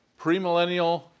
premillennial